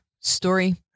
Story